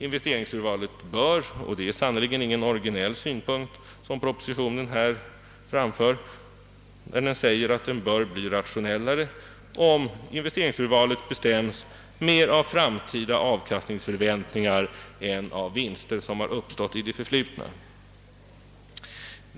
Investeringsurvalet bör — och det är sannerligen ingen originell synpunkt som propositionen framför — bli rationellare om investeringsurvalet bestämmes mer av framtida avkastningsförväntningar än av vinster som har uppstått i det förflutna.